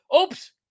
oops